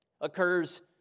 occurs